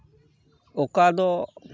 ᱚᱠᱟ ᱫᱚ